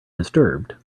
disturbed